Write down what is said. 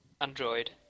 android